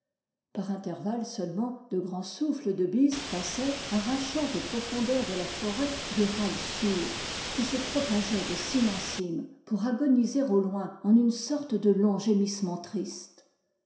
par intervalles seulement de grands souffles de bise pas saient arrachant aux profondeurs de la forêt des râles sourds qui se propageaient de cime en cime pour agoniser au loin en une sorte de long gémissement triste